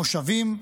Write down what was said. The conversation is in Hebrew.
מושבים,